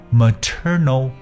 maternal